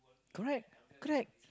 correct correct